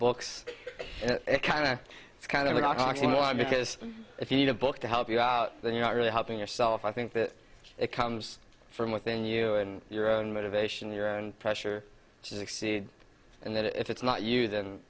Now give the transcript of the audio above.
books it kind of it's kind of an oxymoron because if you need a book to help you out then you're not really helping yourself i think that it comes from within you and your own motivation your own pressure to succeed and that if it's not